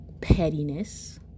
pettiness